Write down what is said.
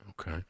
Okay